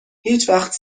هیچوقت